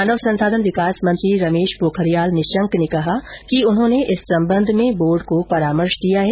मानव संसाधन विकास मंत्री रमेश पोखरियाल निशंक ने कहा कि उन्होंने इस संबंध में बोर्ड को परामर्श दिया है